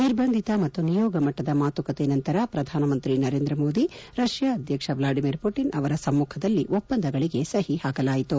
ನಿರ್ಬಂಧಿತ ಮತ್ತು ನಿಯೋಗಮಟ್ಟದ ಮಾತುಕತೆ ನಂತರ ಪ್ರಧಾನಮಂತ್ರಿ ನರೇಂದ್ರ ಮೋದಿ ರಷ್ಣಾ ಅಧ್ಯಕ್ಷ ವ್ಲಾಡಿಮಿರ್ ಪುಟನ್ ಅವರ ಸಮ್ಮುಖದಲ್ಲಿ ಒಪ್ಪಂದಗಳಿಗೆ ಸಹಿ ಹಾಕಲಾಯಿತು